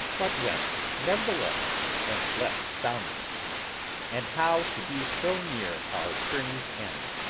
but went nevertheless, and slept soundly and how to be so near our journey's end,